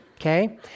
okay